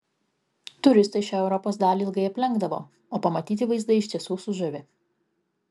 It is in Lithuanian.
turistai šią europos dalį ilgai aplenkdavo o pamatyti vaizdai iš tiesų sužavi